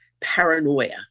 paranoia